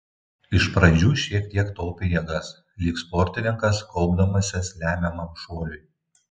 iš pradžių šiek tiek taupė jėgas lyg sportininkas kaupdamasis lemiamam šuoliui